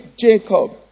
Jacob